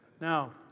now